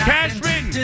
Cashman